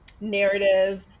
narrative